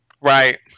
right